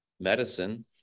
medicine